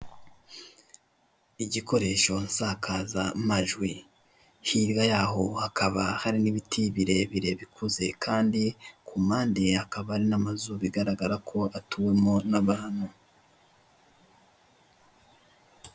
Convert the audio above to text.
Kuri iyi shusho ya gatatu ndabona ibinyabiziga by'abashinzwe umutekano wo mu Rwanda, ikinyabiziga kimwe gifite ikarita y'ikirango k'ibinyabiziga, gifite inyuguti ra na pa nomero magana abiri na makumyabiri na kane na.